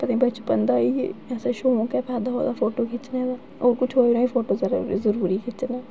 बचपन दा गै शौक ऐ फोटो खिच्चने दा होर किश होऐ ना होऐ फोटो ते जरूर खिच्चना